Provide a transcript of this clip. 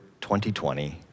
2020